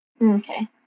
Okay